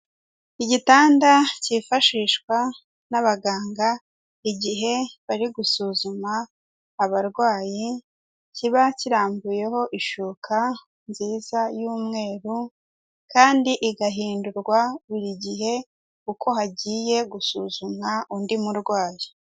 Igitanda cyifashishwa n'abaganga igihe bari gusuzuma abarwayi, kiba kirambuyeho ishuka nziza y'umweru, kandi igahindurwa buri gihe uko hagiye gusuzumwa undi murwayi.